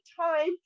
time